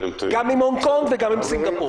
גם עם הונג קונג וגם עם סינגפור.